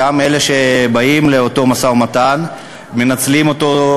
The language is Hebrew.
גם אלה שבאים לאותו משא-ומתן מנצלים את זה.